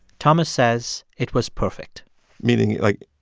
thomas says it was perfect meaning, like,